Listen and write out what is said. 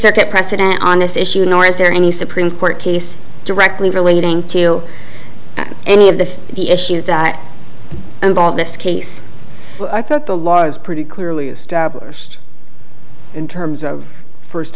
circuit precedent on this issue nor is there any supreme court case directly relating to any of the issues that involve this case i thought the law is pretty clearly established in terms of first